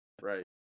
right